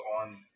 on